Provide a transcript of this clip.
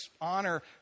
honor